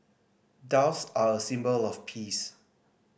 doves are a symbol of peace